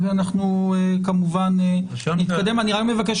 אני מבקש,